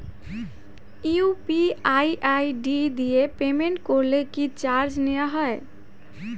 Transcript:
UPI ID দিয়ে payment করলে কি চার্জ নেয়া হয়?